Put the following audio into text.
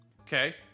Okay